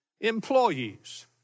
Employees